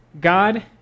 God